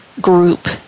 group